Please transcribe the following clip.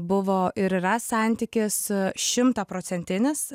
buvo ir yra santykis šimtaprocentinis